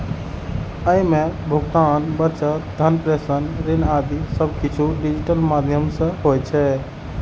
अय मे भुगतान, बचत, धन प्रेषण, ऋण आदि सब किछु डिजिटल माध्यम सं होइ छै